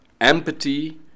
Empathy